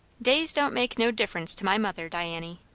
days don't make no difference to my mother, diany.